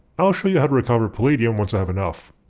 i'll show you how to recover palladium once i have enough.